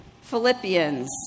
Philippians